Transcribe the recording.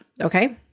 Okay